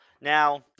Now